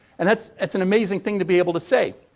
and that's, it's an amazing thing to be able to say,